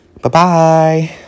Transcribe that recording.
Bye-bye